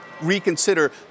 reconsider